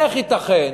איך ייתכן